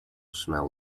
smell